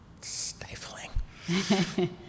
stifling